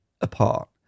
apart